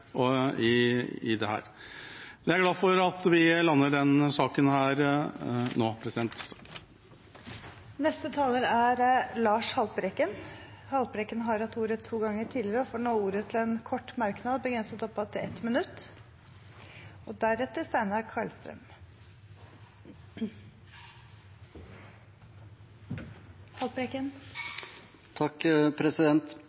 i dette. Jeg er glad for at vi lander denne saken nå. Representanten Lars Haltbrekken har hatt ordet to ganger tidligere og får ordet til en kort merknad, begrenset til 1 minutt. Representanten Kjenseth setter søkelys på noe helt essensielt i denne saken: klimarisiko og